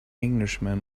englishman